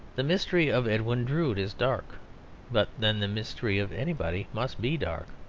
the mystery of edwin drood is dark but then the mystery of anybody must be dark.